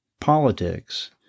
politics